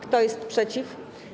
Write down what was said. Kto jest przeciw?